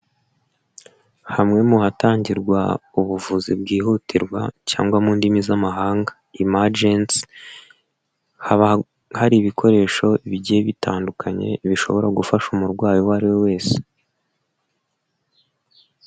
Hamwe mu hatangirwa ubuvuzi bwihutirwa cyangwa mu ndimi z'amahanga imagensi, haba hari ibikoresho bigiye bitandukanye bishobora gufasha umurwayi uwo ari we wese.